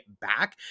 back